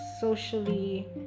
socially